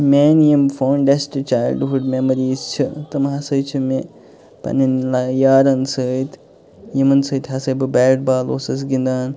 میٲنہِ یِم fondest childhood memories چھِ تِمہٕ ہسا چھِ مےٚ پَنٛنٮ۪ن یارَن سۭتۍ یِمَن سۭتۍ ہسا بہٕ بیٹ بال اوسُس گِنٛدان